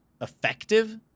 effective